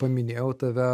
paminėjau tave